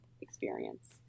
experience